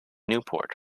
newport